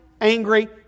angry